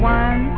one